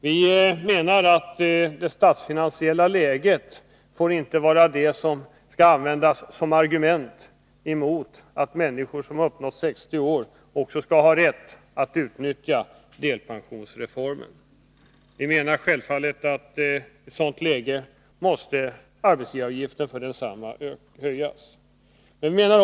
Vi anser att det statsfinansiella läget inte får användas som argument mot att människor som uppnått 60 år också skall ha rätt att utnyttja delpensionsreformen. Vi anser att i ett sådant läge måste självfallet arbetsgivaravgiften för delpensionsreformen höjas.